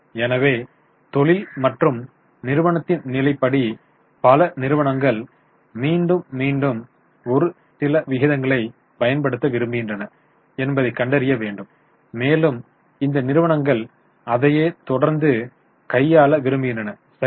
எனவே தொழில் மற்றும் நிறுவனத்தின் நிலை படி பல நிறுவனங்கள் மீண்டும் மீண்டும் ஒரு சில விகிதங்களை பயன்படுத்த விரும்புகின்றன என்பதை கண்டறிய வேண்டும் மேலும் இந்த நிறுவனங்கள் அதையே தொடர்ந்து கையாள விரும்புகின்றன சரியா